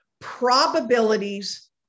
probabilities